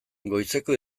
goizeko